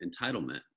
entitlement